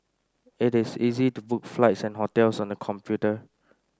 it is easy to book flights and hotels on the computer